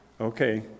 Okay